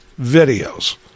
videos